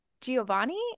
Giovanni